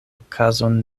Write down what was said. okazon